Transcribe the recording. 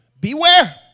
Beware